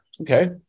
Okay